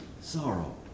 sorrow